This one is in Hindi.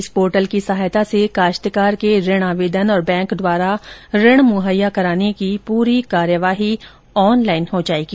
इस पोर्टल की सहायता से काश्तकार के ऋण आवेदन और बैंक द्वारा ऋण मुहैया कराने की पूरी कार्यवाही ऑनलाइन हो जाएगी